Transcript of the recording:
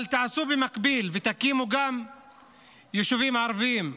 אבל תעשו במקביל ותקימו גם יישובים ערביים.